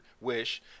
wish